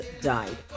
died